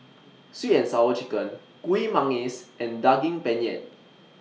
Sweet and Sour Chicken Kuih Manggis and Daging Penyet